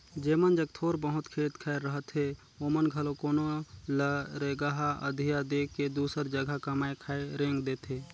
जेमन जग थोर बहुत खेत खाएर रहथे ओमन घलो कोनो ल रेगहा अधिया दे के दूसर जगहा कमाए खाए रेंग देथे